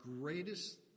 greatest